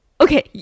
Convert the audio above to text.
Okay